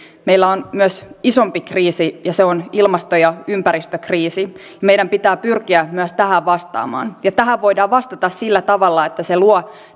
meillä on myös isompi kriisi ja se on ilmasto ja ympäristökriisi meidän pitää pyrkiä myös tähän vastaamaan ja tähän voidaan vastata sillä tavalla että se luo